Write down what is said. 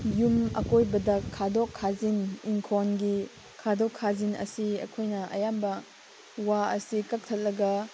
ꯌꯨꯝ ꯑꯀꯣꯏꯕꯗ ꯈꯥꯗꯣꯛ ꯈꯥꯖꯤꯟ ꯏꯪꯈꯣꯟꯒꯤ ꯈꯥꯗꯣꯛ ꯈꯥꯖꯤꯟ ꯑꯁꯤ ꯑꯩꯈꯣꯏꯅ ꯑꯌꯥꯝꯕ ꯋꯥ ꯑꯁꯤ ꯀꯛꯊꯠꯂꯒ